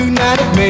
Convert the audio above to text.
United